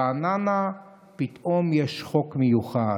ברעננה פתאום יש חוק מיוחד: